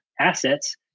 assets